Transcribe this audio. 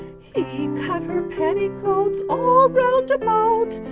he cut her petticoats all round about,